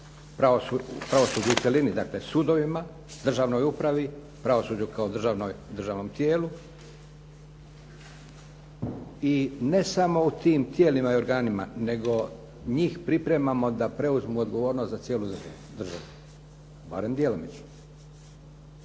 pravosuđu u cjelini, dakle sudovima, državnoj upravi, pravosuđu kao državnom tijelu i ne samo u tim tijelima i organima nego njih pripremamo da preuzmu odgovornost za cijelu državu, barem djelomično.